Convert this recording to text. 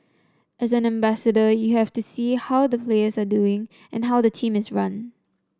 as an ambassador you have to see how the players are doing how the team is run